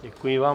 Děkuji vám.